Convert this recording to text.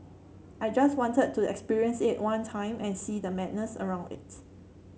I just wanted to experience it one time and see the madness around it